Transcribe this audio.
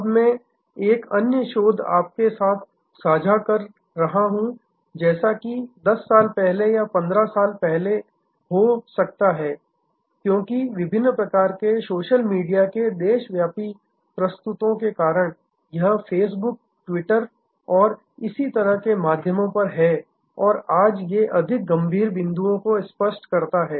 अब मैं एक अन्य शोध आपके साथ साझा कर रहा हूं जैसा कि 10 साल पहले या 15 साल पहले हो सकता है क्योंकि विभिन्न प्रकार के सोशल मीडिया के देशव्यापी प्रस्तुतों के कारण यह फेसबुक ट्विटर और इसी तरह के माध्यमों पर है और आज ये अधिक गंभीर बिंदुओं को स्पष्ट करता हैं